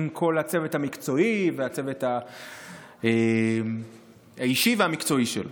עם כל הצוות המקצועי והצוות האישי שלו.